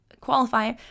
qualify